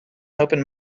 open